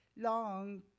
long